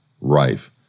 Rife